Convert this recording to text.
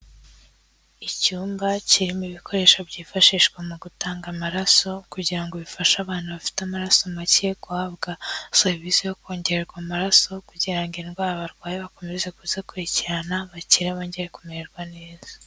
Icyumba kirimo ibikoresho byifashishwa mu gutanga amaraso kugira ngo bifashe abantu bafite amaraso make guhabwa serivisi yo kongererwa amaraso kugira ngo indwara barwaye bakomeze kuzikurikirana bakira bagiye kumererwa neza.